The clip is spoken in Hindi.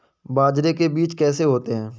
बाजरे के बीज कैसे होते हैं?